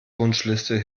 wunschliste